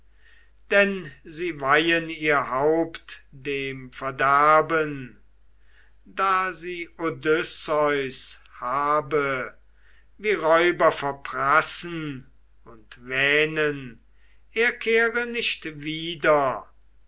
denn sie weihen ihr haupt dem verderben da sie odysseus habe wie räuber verprassen und wähnen er kehre nicht wieder